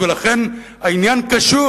ולכן העניין קשור.